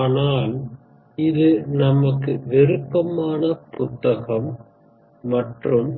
ஆனால் இது நமக்கு விருப்பமான புத்தகம் மற்றும்